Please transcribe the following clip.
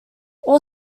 all